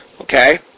Okay